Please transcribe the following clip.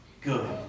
good